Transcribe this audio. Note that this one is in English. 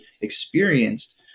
experienced